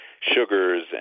sugars